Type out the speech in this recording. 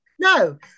No